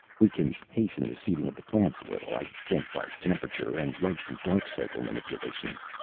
we can hasten the seeding of the plants a little, i think, by temperature and light-and-dark cycle manipulations.